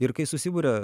ir kai susiburia